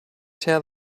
tear